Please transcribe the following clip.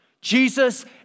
Jesus